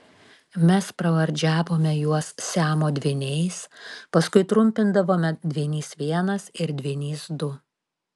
mes pravardžiavome juos siamo dvyniais paskui trumpindavome dvynys vienas ir dvynys du